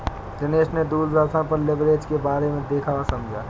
दिनेश ने दूरदर्शन पर लिवरेज के बारे में देखा वह समझा